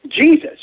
Jesus